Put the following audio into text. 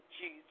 Jesus